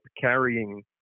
carrying